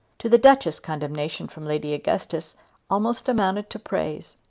to the duchess condemnation from lady augustus almost amounted to praise.